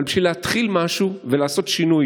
אבל בשביל להתחיל משהו ולעשות שינוי